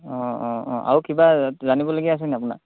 অঁ অঁ অঁ আৰু কিবা জানিবলগীয়া আছে নেকি আপোনাৰ